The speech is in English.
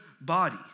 body